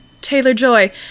Taylor-Joy